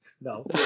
No